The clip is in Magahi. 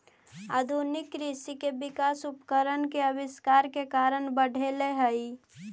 आधुनिक कृषि के विकास उपकरण के आविष्कार के कारण बढ़ले हई